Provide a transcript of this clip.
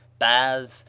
baths,